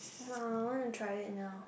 !wow! I want to try it now